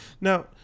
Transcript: Now